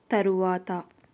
తరువాత